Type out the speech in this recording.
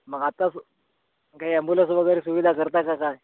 मग आता सु काई अम्ब्युलन्स वगैरे सुविधा करता का काय